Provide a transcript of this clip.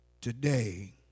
today